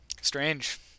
Strange